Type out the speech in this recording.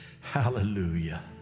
Hallelujah